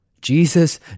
Jesus